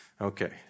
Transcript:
Okay